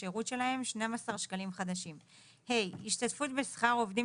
השירות שלהם - 12 שקלים חדשים; השתתפות בשכר עובדים